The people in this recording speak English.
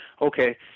okay